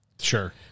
Sure